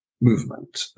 movement